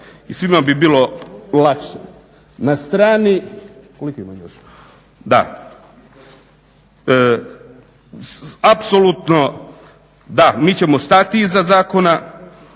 i svima bi bilo lakše. Na strani, koliko imam još? Da. Apsolutno, da mi ćemo stati iza zakona,